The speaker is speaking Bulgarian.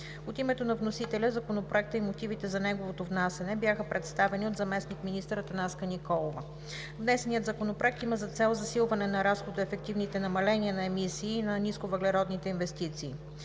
От името на вносителя Законопроектът и мотивите за неговото внасяне бяха представени от заместник-министър Атанаска Николова. Внесеният законопроект има за цел засилване на разходоефективните намаления на емисии и на нисковъглеродните инвестиции.